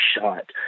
shot